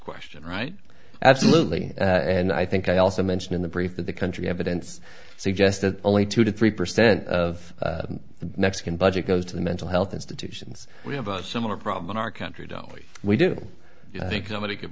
question right absolutely and i think i also mention in the brief that the country evidence suggests that only two to three percent of the mexican budget goes to the mental health institutions we have a similar problem in our country don't we do you think somebody could